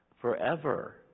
forever